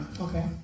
Okay